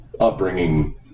upbringing